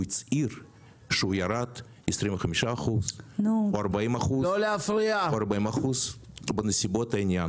הוא הצהיר שהוא ירד 25% או 40% בנסיבות העניין.